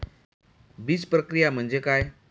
बीजप्रक्रिया म्हणजे काय?